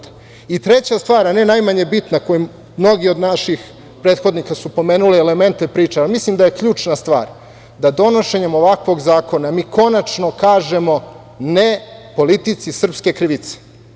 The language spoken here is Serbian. Treća stvar, ali ne i najmanje bitna, koju su mnogi od naših prethodnika pomenuli, mislim da je ključna stvar da donošenjem ovakvog zakona mi konačno kažemo "ne" politici srpske krivice.